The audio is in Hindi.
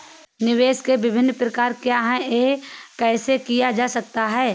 निवेश के विभिन्न प्रकार क्या हैं यह कैसे किया जा सकता है?